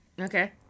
Okay